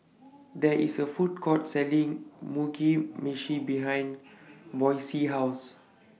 There IS A Food Court Selling Mugi Meshi behind Boysie's House